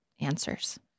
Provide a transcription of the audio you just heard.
answers